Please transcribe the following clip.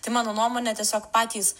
tai mano nuomone tiesiog patys